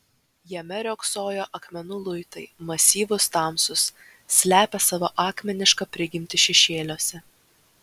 jame riogsojo akmenų luitai masyvūs tamsūs slepią savo akmenišką prigimtį šešėliuose